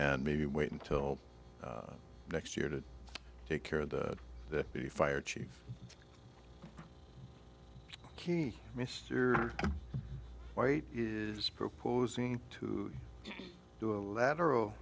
and maybe wait until next year to take care of the fire chief kean mister white is proposing to do a lateral